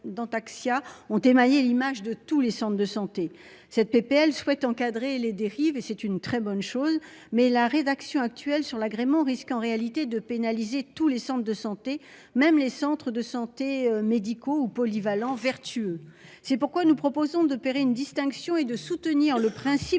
ont émaillé l'image de tous les centres de santé cette PPL souhaite encadrer les dérives et c'est une très bonne chose mais la rédaction actuelle sur l'agrément risque en réalité de pénaliser tous les centres de santé même les centres de santé médicaux ou polyvalents vertueux. C'est pourquoi nous proposons d'opérer une distinction et de soutenir le principe